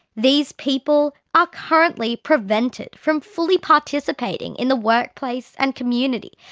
these people are currently prevented from fully participating in the workplace and community,